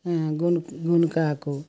గునుకు గునుకాకు